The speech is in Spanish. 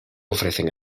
ofrecen